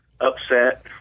upset